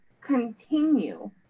continue